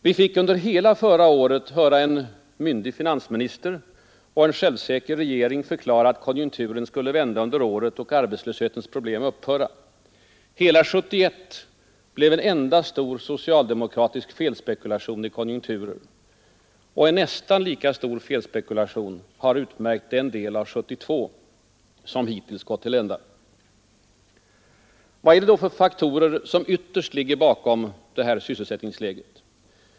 Vi fick under hela förra året höra en myndig finansminister och en självsäker regering förklara, att konjunkturen skulle vända under året och arbetslöshetens problem upphöra. Hela 1971 blev en enda stor socialdemokratisk felspekulation i konjunkturer. Och en nästan lika stor felspekulation har utmärkt den del av 1972 som hittills gått till ända. Vilka faktorer ligger då ytterst bakom vårt sysselsättningsläge?